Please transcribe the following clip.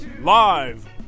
live